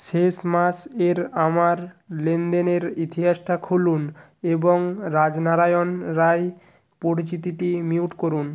শেষ মাস এর আমার লেনদেনের ইতিহাসটা খুলুন এবং রাজনারায়ণ রায় পরিচিতিটি মিউট করুন